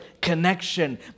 connection